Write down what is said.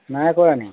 নাই কৰা নেকি